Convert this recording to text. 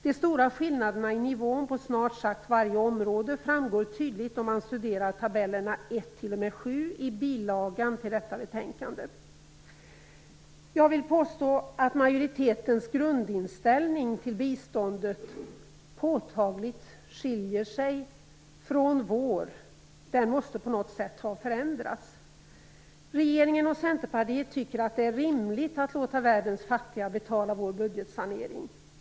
De stora skillnaderna i nivån på snart sagt varje område framgår tydligt om man studerar tabellerna 1 Jag vill påstå att majoritetens grundinställning till biståndet påtagligt skiljer sig från vår. Den måste på något sätt ha förändrats. Regeringen och Centerpartiet tycker att det är rimligt att låta världens fattiga betala vår budgetsanering.